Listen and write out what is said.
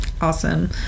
awesome